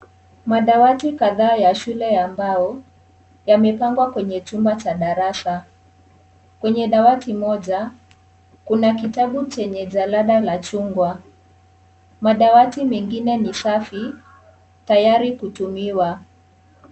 Madawati kadhaa ya shule ya mbao yamepangwa kwenye chumba cha darasa. Kwenye dawati moja kuna kitabu chenye jalada la chungwa. Madawati mengine ni safi tayari kutumiwa.